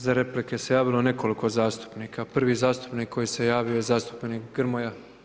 Za replike se javilo nekoliko zastupnika, prvi zastupnik koji se javio je zastupnik Grmoja.